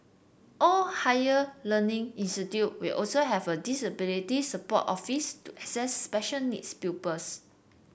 all higher learning institute will also have a disability support office to assist special needs pupils